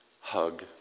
hug